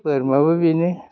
बोरमायाबो बेनो